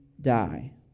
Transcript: die